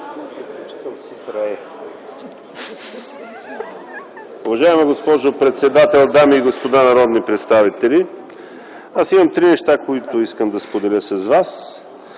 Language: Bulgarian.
Уважаема госпожо председател, дами и господа народни представители! Аз имам три неща, които искам да споделя с вас.